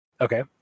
Okay